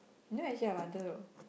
you know actually I wanted to